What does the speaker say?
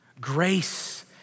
Grace